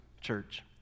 church